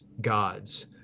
God's